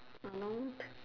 unknown